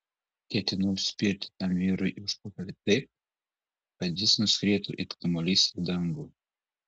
ketinau spirti tam vyrui į užpakalį taip kad jis nuskrietų it kamuolys į dangų